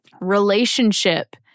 relationship